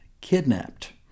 Kidnapped